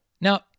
Now